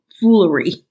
foolery